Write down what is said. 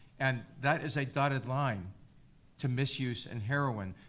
and that is a dotted line to misuse and heroin.